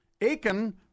Aiken